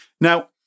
Now